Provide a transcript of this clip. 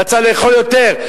רצה לאכול יותר.